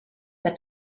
der